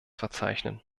verzeichnen